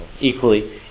Equally